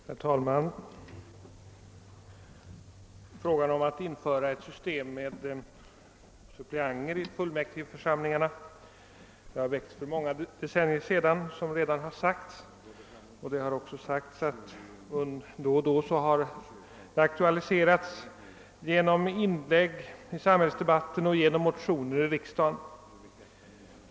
Herr talman! Frågan om att införa ett system med suppleanter i fullmäktigförsamlingarna väcktes för många decennier sedan, och den har då och då aktualiserats genom inlägg i samhällsdebatten och genom motioner i riksdagen.